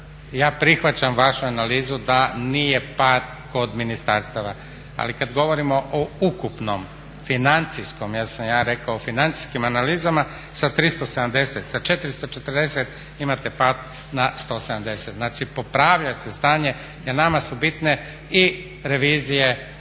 ja prihvaćam vašu analizu da nije pad kod ministarstva, ali kad govorimo o ukupnom financijskom, jer sam ja rekao o financijskim analizama, sa 370, sa 440 imate pad na 170. Znači popravlja se stanje jer nama su bitne i revizije drugih